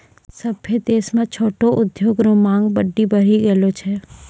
सभ्भे देश म छोटो उद्योग रो मांग बड्डी बढ़ी गेलो छै